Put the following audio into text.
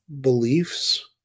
beliefs